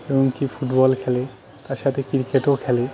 এমন কি ফুটবল খেলে তার সাথে ক্রিকেটও খেলে